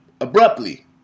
Abruptly